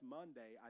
Monday